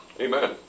Amen